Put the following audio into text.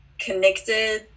connected